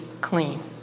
clean